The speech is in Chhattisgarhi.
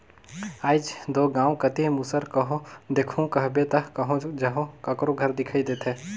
आएज दो गाँव कती मूसर कहो देखहू कहबे ता कहो जहो काकरो घर दिखई देथे